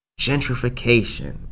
gentrification